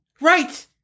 Right